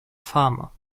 farmer